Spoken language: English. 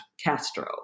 Castro